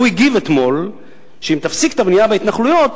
והוא הגיב אתמול שאם תפסיק את הבנייה בהתנחלויות,